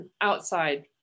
outside